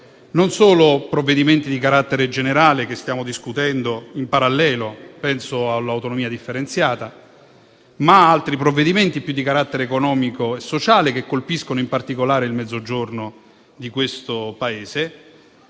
solo a provvedimenti di carattere generale, che stiamo discutendo in parallelo (penso all'autonomia differenziata), ma ad altri provvedimenti più di carattere economico e sociale, che colpiscono in particolare il Mezzogiorno di questo Paese.